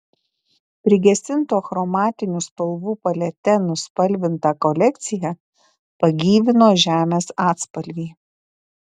prigesintų achromatinių spalvų palete nuspalvintą kolekciją pagyvino žemės atspalviai